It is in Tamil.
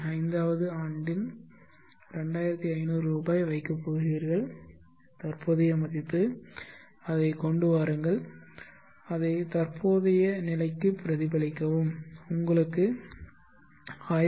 5 வது ஆண்டில் 2500 ரூபாய் வைக்கப் போகிறீர்கள் தற்போதைய மதிப்பு அதைக் கொண்டு வாருங்கள் அதை தற்போதைய நிலைக்கு பிரதிபலிக்கவும் உங்களுக்கு 1223